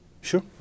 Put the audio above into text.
sure